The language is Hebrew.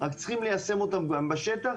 רק צריכים ליישם אותן בשטח,